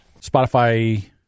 Spotify